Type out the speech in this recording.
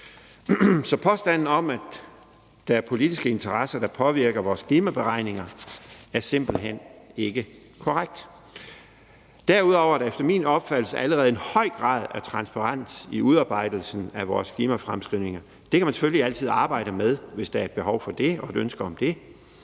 Så påstanden om, at der er politiske interesser, der påvirker vores klimaberegninger, er simpelt hen ikke korrekt. Derudover er der efter min opfattelse allerede en høj grad af transparens i udarbejdelsen af vores klimafremskrivninger. Det kan man selvfølgelig altid arbejde med, hvis der er behov for det og ønske om det.